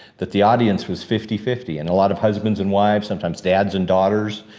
that the audience was fifty fifty, and a lot of husbands and wives, sometimes dads and daughters.